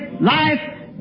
life